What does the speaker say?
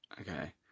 Okay